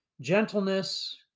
gentleness